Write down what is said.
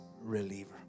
reliever